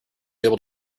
able